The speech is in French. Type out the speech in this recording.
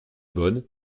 bonne